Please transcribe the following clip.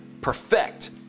perfect